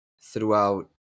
throughout